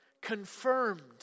confirmed